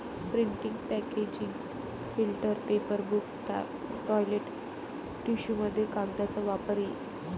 printing packaging filter paper book toilet टिश्यूमध्ये कागदाचा वापर इ